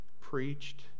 preached